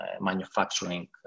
manufacturing